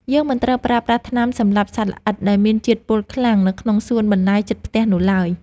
យើងមិនត្រូវប្រើប្រាស់ថ្នាំសម្លាប់សត្វល្អិតដែលមានជាតិពុលខ្លាំងនៅក្នុងសួនបន្លែជិតផ្ទះនោះឡើយ។